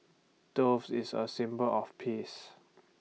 dove is A symbol of peace